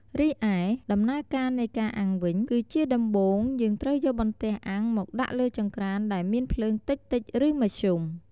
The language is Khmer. រីឯ ដំណើរការនៃការអាំងវិញ គឺជាដំបូងយើងត្រូវយកបន្ទះអាំងមកដាក់លើចង្រ្កានដែលមានភ្លើងតិចៗឬមធ្យម។